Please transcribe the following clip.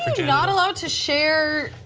aren't you not allowed to share,